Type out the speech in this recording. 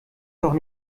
doch